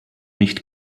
nicht